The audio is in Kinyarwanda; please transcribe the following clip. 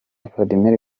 vladimir